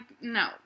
no